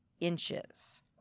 Inches